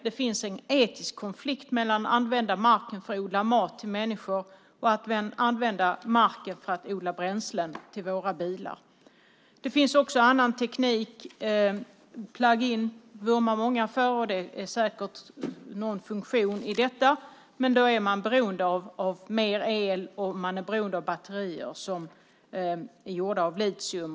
Det finns en etisk konflikt mellan att använda marken för att odla mat till människor och att använda marken för att odla bränslen till våra bilar. Det finns också annan teknik. Många vurmar för plugin. Det finns säkert någon funktion i detta, men då är man beroende av mer el och batterier som är gjorda av litium.